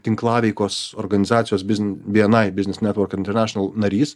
tinklaveikos organizacijos biz vienai biznis netvork international narys